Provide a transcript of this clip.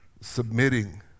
submitting